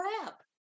crap